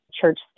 church